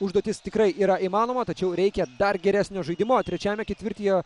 užduotis tikrai yra įmanoma tačiau reikia dar geresnio žaidimo trečiajame ketvirtyje